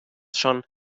schon